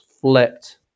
flipped